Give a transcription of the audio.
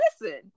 listen